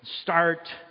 Start